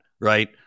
right